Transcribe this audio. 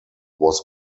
was